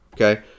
okay